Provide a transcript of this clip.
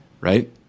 Right